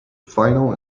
final